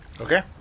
Okay